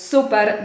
Super